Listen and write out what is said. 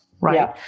right